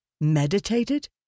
meditated